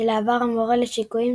לשעבר המורה לשיקויים,